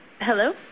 Hello